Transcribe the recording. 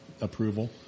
approval